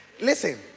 Listen